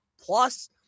Plus